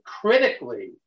critically